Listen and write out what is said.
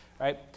right